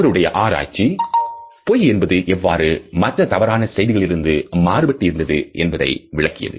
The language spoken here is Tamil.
அவருடைய ஆராய்ச்சி பொய் என்பது எவ்வாறு மற்ற தவறான செய்திகளிலிருந்து மாறுபட்டிருந்தது என்பதை விளக்கியது